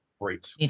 Great